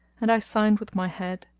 and i signed with my head,